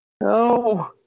No